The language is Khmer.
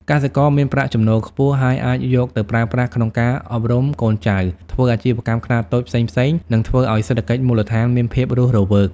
កសិករមានប្រាក់ចំណូលខ្ពស់ ហើយអាចយកទៅប្រើប្រាស់ក្នុងការអប់រំកូនចៅ ធ្វើអាជីវកម្មខ្នាតតូចផ្សេងៗ និងធ្វើឲ្យសេដ្ឋកិច្ចមូលដ្ឋានមានភាពរស់រវើក។